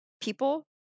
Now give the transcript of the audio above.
people